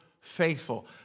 faithful